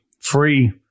free